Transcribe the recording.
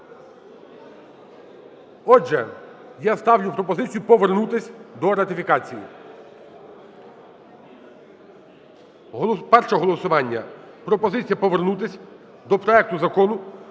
Отже, я ставлю пропозицію повернутись до ратифікації. Перше голосування, пропозиція: повернутись до проекту Закону